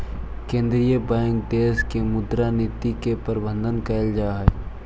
केंद्रीय बैंक देश के मुद्रा नीति के प्रबंधन करऽ हइ